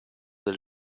del